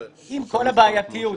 עם כל הבעייתיות,